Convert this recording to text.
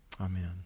Amen